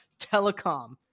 telecom